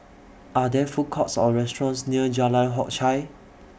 Are There Food Courts Or restaurants near Jalan Hock Chye